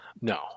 No